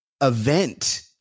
event